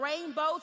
rainbows